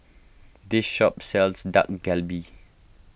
this shop sells Dak Galbi